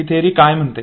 ही theory काय म्हणते